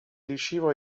riuscivo